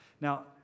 Now